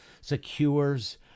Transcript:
secures